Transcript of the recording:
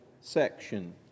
section